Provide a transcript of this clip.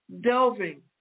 delving